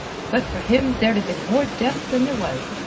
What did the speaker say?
but for him there'd ha' been more deaths than there was.